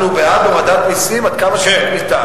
אנחנו בעד הורדת מסים עד כמה שניתן.